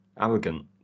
arrogant